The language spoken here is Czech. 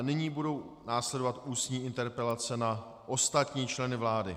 Nyní budou následovat ústní interpelace na ostatní členy vlády.